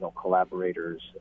collaborators